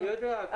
אני יודע.